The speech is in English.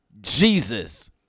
Jesus